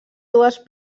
dues